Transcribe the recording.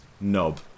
knob